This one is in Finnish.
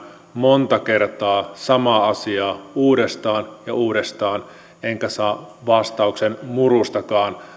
monta kertaa samaa asiaa uudestaan ja uudestaan enkä saa vastauksen murustakaan